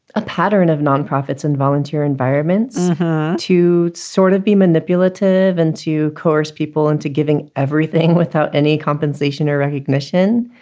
a pattern of non-profits and volunteer environments to sort of be manipulative and to coerce people into giving everything without any compensation or recognition.